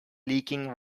leaking